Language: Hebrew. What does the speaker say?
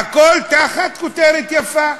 והכול תחת כותרת יפה.